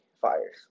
fires